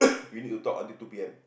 we need to talk until two P_M